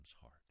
heart